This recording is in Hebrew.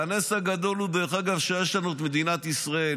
והנס הגדול, דרך אגב, הוא שיש לנו את מדינת ישראל.